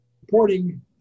reporting